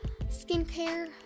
skincare